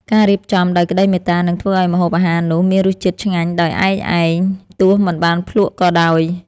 ការរៀបចំដោយក្តីមេត្តានឹងធ្វើឱ្យម្ហូបអាហារនោះមានរសជាតិឆ្ងាញ់ដោយឯកឯងទោះមិនបានភ្លក្សក៏ដោយ។